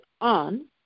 on